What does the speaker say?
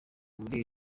muri